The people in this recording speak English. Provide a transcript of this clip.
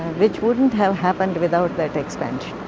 which wouldn't have happened without that expansion.